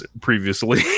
previously